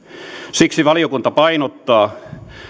siksi valiokunta painottaa